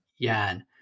Yan